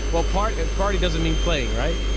well party party doesn't mean playing, right?